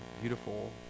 beautiful